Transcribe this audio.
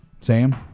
Sam